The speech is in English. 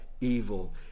evil